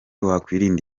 wakwirinda